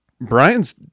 Brian's